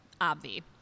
obvi